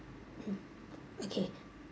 mm okay